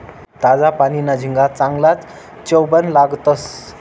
ताजा पानीना झिंगा चांगलाज चवबन लागतंस